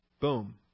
Boom